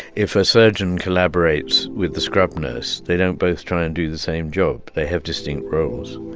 if a surgeon collaborates with the scrub nurse, they don't both try and do the same job. they have distinct roles.